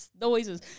noises